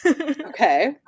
Okay